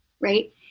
right